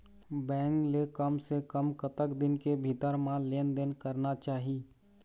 Bank ले कम से कम कतक दिन के भीतर मा लेन देन करना चाही?